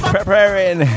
Preparing